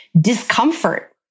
Discomfort